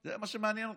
זה מה שמעניין אותך?